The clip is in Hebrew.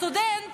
הסטודנט